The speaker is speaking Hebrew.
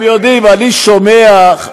אתם יודעים, אני שומע,